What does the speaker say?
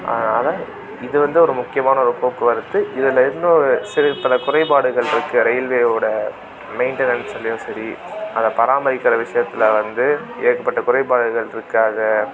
அதனால் இது வந்து ஒரு முக்கியமான ஒரு போக்குவரத்து இதில் இன்னோரு சிறு பல குறைபாடுகள் இருக்குது ரயில்வே ஓட மெயின்டனஸ்லேயும் சரி அதை பராமரிக்கிற விஷயத்தில் வந்து ஏகப்பட்ட குறைபாடுகள் இருக்குது அதை